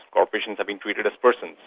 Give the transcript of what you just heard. corporations have been treated as persons.